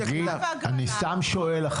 אני סתם שואל.